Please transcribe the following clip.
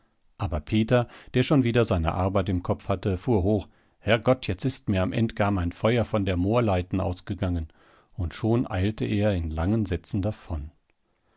aber peter der schon wieder seine arbeit im kopf hatte fuhr hoch herrgott jetzt ist mir am end gar mein feuer auf der moorleiten ausgegangen und schon eilte er in langen sätzen davon